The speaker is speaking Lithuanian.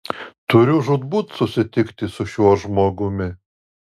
turiu žūtbūt susitikti su šiuo žmogumi